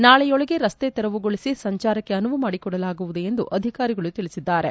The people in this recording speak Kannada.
ನಾಳೆಯೊಳಗೆ ರಸ್ತೆ ತೆರವುಗೊಳಿಸಿ ಸಂಚಾರಕ್ಕೆ ಅನುವುಮಾಡಿಕೊಡಲಾಗುವುದು ಎಂದು ಅಧಿಕಾರಿಗಳು ತಿಳಿಸಿದ್ದಾರೆ